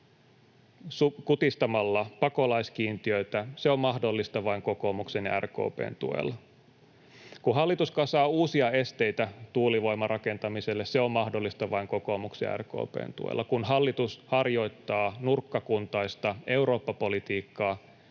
kutistamalla pakolaiskiintiötä, se on mahdollista vain kokoomuksen ja RKP:n tuella. Kun hallitus kasaa uusia esteitä tuulivoimarakentamiselle, se on mahdollista vain kokoomuksen ja RKP:n tuella. Kun hallitus harjoittaa nurkkakuntaista Eurooppa-politiikkaa,